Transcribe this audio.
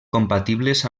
compatibles